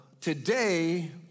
Today